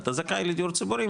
אתה זכאי לדיור ציבורי,